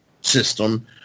system